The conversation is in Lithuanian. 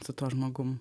su tuo žmogum